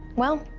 well,